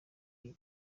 iri